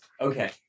okay